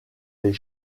les